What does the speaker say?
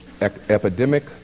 epidemic